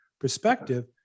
perspective